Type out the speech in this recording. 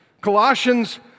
Colossians